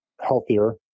healthier